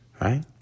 Right